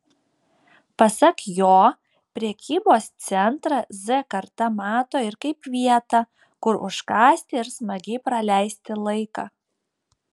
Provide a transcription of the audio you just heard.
pasak jo prekybos centrą z karta mato ir kaip vietą kur užkąsti ir smagiai praleisti laiką